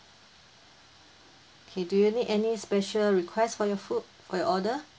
K do you need any special request for your food or your order